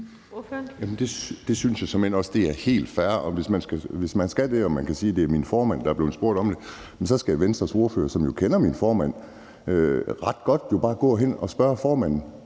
Det synes jeg såmænd også er helt fair, og hvis man skal det og man kan sige, det er min formand, der er blevet spurgt om det, skal Venstres ordfører, som kender min formand ret godt, jo bare gå hen at spørge formanden.